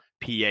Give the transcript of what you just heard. PA